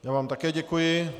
Já vám také děkuji.